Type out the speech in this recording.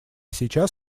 сейчас